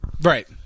right